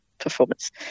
performance